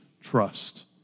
trust